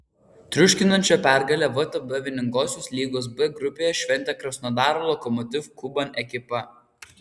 triuškinančią pergalę vtb vieningosios lygos b grupėje šventė krasnodaro lokomotiv kuban ekipa